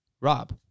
Rob